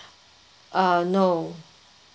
uh no